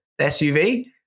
SUV